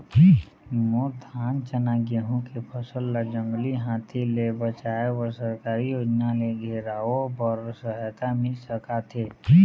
मोर धान चना गेहूं के फसल ला जंगली हाथी ले बचाए बर सरकारी योजना ले घेराओ बर सहायता मिल सका थे?